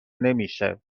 نمیشه